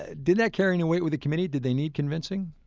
ah did that carry any weight with the committee? did they need convincing?